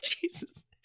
Jesus